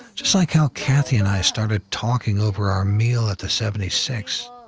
just like how cathy and i started talking over our meal at the seventy six.